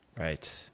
right.